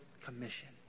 commission